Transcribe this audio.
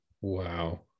Wow